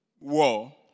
war